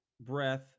breath